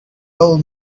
old